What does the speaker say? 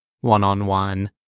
one-on-one